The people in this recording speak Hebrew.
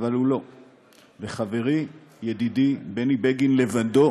אבל הוא לא, וחברי, ידידי בני בגין לבדו